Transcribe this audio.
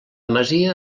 masia